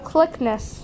Clickness